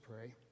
pray